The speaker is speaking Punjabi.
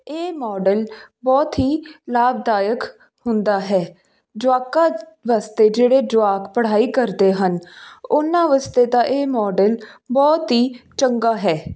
ਇਹ ਮੋਡਲ ਬਹੁਤ ਹੀ ਲਾਭਦਾਇਕ ਹੁੰਦਾ ਹੈ ਜਵਾਕਾਂ ਵਾਸਤੇ ਜਿਹੜੇ ਜਵਾਕ ਪੜ੍ਹਾਈ ਕਰਦੇ ਹਨ ਉਹਨਾਂ ਵਾਸਤੇ ਤਾਂ ਇਹ ਮੋਡਲ ਬਹੁਤ ਹੀ ਚੰਗਾ ਹੈ